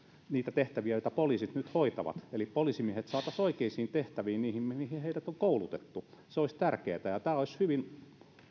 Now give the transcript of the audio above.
niitä tehtäviä jotka poliisit nyt hoitavat jotta poliisimiehet saataisiin oikeisiin tehtäviin niihin mihin heidät on koulutettu se olisi tärkeätä ja tämä olisi hyvin